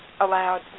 allowed